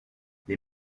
les